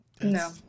no